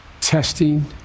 testing